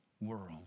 world